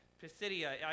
Pisidia